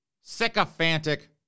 sycophantic